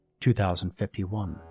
2051